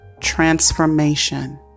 transformation